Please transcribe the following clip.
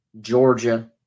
Georgia –